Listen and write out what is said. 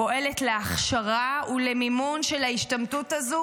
פועלת להכשרה ולמימון של ההשתמטות הזו,